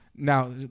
Now